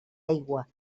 aigua